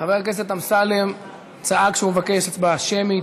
חבר הכנסת אמסלם צעק שהוא מבקש הצבעה שמית.